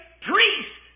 priest